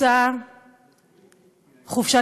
את רוצה ארבע וארבע, נכון?